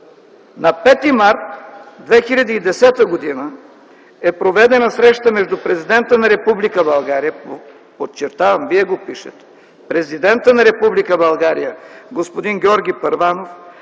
„На 5 март 2010 г. е проведена среща между президента на Република България господин Георги Първанов